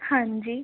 ਹਾਂਜੀ